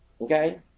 Okay